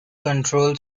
control